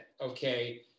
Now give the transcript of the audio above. okay